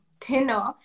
thinner